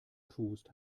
tust